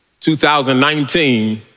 2019